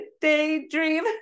Daydream